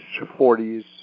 40s